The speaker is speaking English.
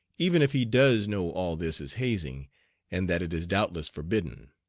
even if he does know all this is hazing and that it is doubtless forbidden.